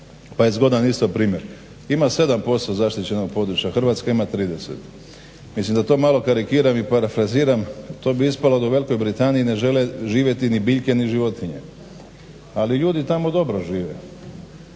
pa je zgodan isto primjer ima 7% zaštićenog područja, Hrvatska ima 30. Mislim da to malo karikiram i parafraziram to bi ispalo da u Velikoj Britaniji ne žele živjeti ni biljke ni životinje. Ali ljudi tamo dobro žive.